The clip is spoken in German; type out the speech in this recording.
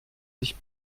sich